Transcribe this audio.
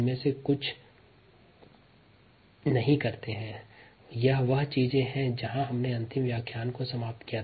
उपरोक्त चर्चाओं के साथ हमने अंतिम व्याख्यान को समाप्त किया